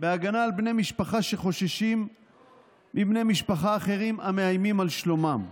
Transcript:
בהגנה על בני משפחה שחוששים מבני משפחה אחרים המאיימים על שלומם.